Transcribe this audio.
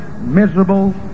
miserable